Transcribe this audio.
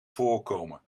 voorkomen